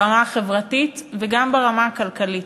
ברמה החברתית וגם ברמה הכלכלית.